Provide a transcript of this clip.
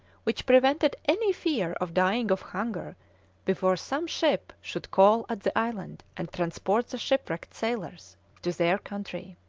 which prevented any fear of dying of hunger before some ship should call at the island, and transport the shipwrecked sailors to their country.